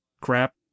crap